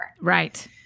Right